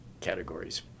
categories